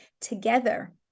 together